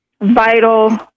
vital